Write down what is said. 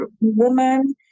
woman